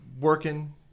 working